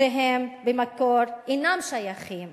שבמקור אינם שייכים